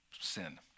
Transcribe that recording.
sin